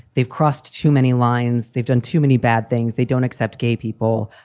they've crossed too many lines, they've done too many bad things. they don't accept gay people.